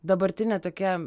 dabartinė tokia